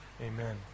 amen